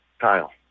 Kyle